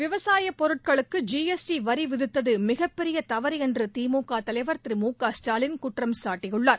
விவசாய பொருட்களுக்கு G S T வரி விதித்தது மிகப்பெரிய தவறு என்று திமுக தலைவர் திரு மு க ஸ்டாலின் குற்றம் சாட்டியுள்ளார்